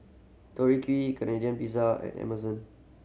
Tori Key Canadian Pizza and Amazon